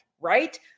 right